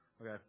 Okay